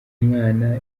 mwana